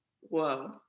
Whoa